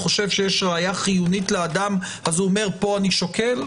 חושב שיש ראיה חיונית לאדם אז הוא אומר: פה אני שוקל?